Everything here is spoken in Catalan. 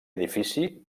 edifici